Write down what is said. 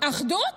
אחדות?